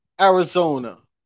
Arizona